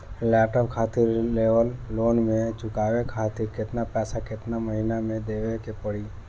Laptop खातिर level loan के चुकावे खातिर केतना पैसा केतना महिना मे देवे के पड़ी?